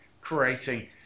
creating